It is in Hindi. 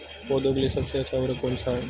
पौधों के लिए सबसे अच्छा उर्वरक कौनसा हैं?